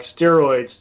steroids